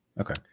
Okay